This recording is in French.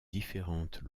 différentes